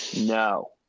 no